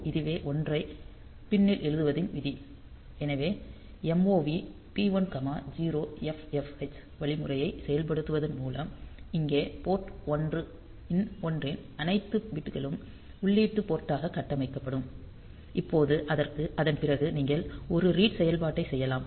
இதுவே 1 ஐ பின் னில் எழுதுவதின் விதி எனவே MOV P10FFH வழிமுறையை செயல்படுத்துவதன் மூலம் இங்கே போர்ட் 1 இன் அனைத்து பிட் களும் உள்ளீட்டு போர்ட் டாக கட்டமைக்கப்படும் இப்போது அதன் பிறகு நீங்கள் ஒரு ரீட் செயல்பாட்டை செய்யலாம்